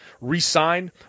re-sign